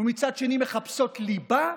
ומצד שני מחפשות ליבה,